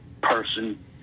person